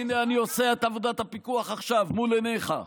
הינה, אני עושה את עבודת הפיקוח עכשיו, מול עיניך,